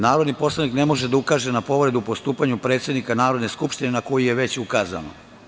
Narodni poslanik ne može da ukaže na povredu u postupanju predsednika Narodne skupštine na koju je već ukazano"